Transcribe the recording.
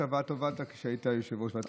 כשהיית יושב-ראש ועדת הכנסת.